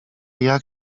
jak